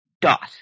dot